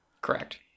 Correct